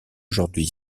aujourd’hui